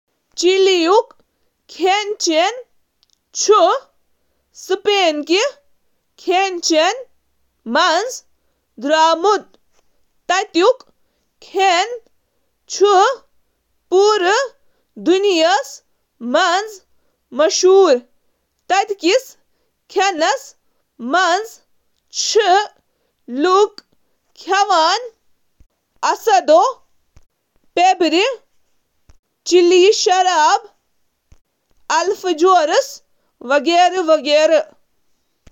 چلی ہُنٛد کھیٚن چُھ کٲفی سادٕ مگر مُختٔلِف تہٕ سمندری کھیٚن، گاسہٕ ماز ، مٮ۪وٕ تہٕ سبزی سٲری چھِ واریاہ زیادٕ آسان۔ یہٕ کھین چُھ روایتی ہسپانوی کھیٛن، چلی ہنٛد مقأمی ثقافت تہٕ مقٲمی اجزاء کہ امتزاج سۭتۍ پٔدٕ گژان تہٕ یہٕ چُھ جرمن، اطالوی تہٕ فرانسیسی کھیٛن سۭتۍ متٲثر۔